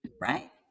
right